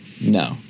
no